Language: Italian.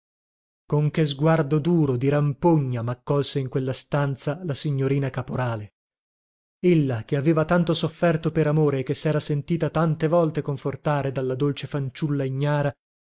con che sguardo duro di rampogna maccolse in quella stanza la signorina caporale ella che aveva tanto sofferto per amore e che sera sentita tante volte confortare dalla dolce fanciulla ignara